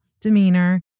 demeanor